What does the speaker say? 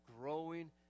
growing